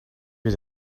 was